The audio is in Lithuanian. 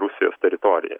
rusijos teritorija